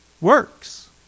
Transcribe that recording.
works